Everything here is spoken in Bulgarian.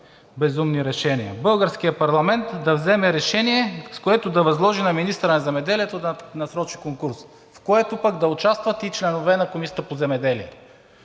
безумни решения – българският парламент да вземе решение, с което да възложи на министъра на земеделието да насрочи конкурс, в което пък да участват и членове на Комисията по земеделието,